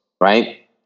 right